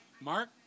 Mark